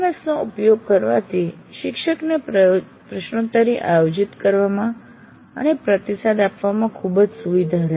LMSનો ઉપયોગ કરવાથી શિક્ષકને પ્રશ્નોત્તરી આયોજિત કરવામાં અને પ્રતિસાદ આપવામાં ખૂબ જ સુવિધા રહેશે